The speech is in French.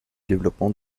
développement